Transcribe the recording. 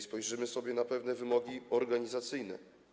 Spójrzmy sobie na pewne wymogi organizacyjne.